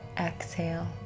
Exhale